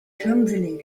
clumsily